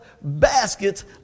baskets